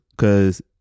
Cause